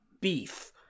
Beef